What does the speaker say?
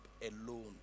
alone